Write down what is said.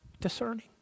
discerning